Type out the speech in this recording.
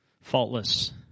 faultless